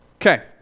Okay